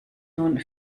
nun